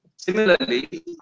Similarly